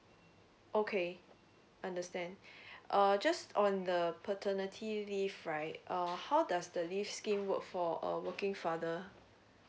okay understand err just on the paternity leave right uh how does the leave scheme work for a working father